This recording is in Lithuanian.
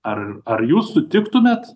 ar ar jūs sutiktumėt